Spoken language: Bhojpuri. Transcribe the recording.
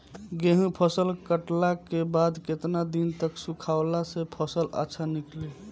गेंहू फसल कटला के बाद केतना दिन तक सुखावला से फसल अच्छा निकली?